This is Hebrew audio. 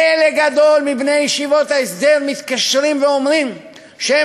חלק גדול מבני ישיבות ההסדר מתקשרים ואומרים שהם